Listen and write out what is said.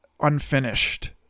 unfinished